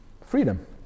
Freedom